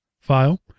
file